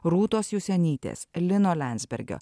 rūtos jusionytės lino liandsbergio